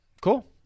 Cool